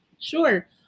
sure